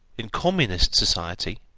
in communist society,